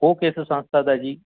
ਉਹ ਕਿਸ ਸੰਸਥਾ ਦਾ ਜੀ